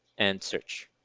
and search